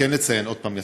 עוד פעם,